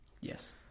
Yes